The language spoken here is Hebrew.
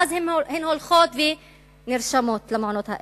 ואז הן הולכות ונרשמות למעונות האלה,